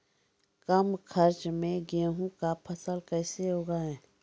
कम खर्च मे गेहूँ का फसल कैसे उगाएं?